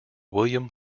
william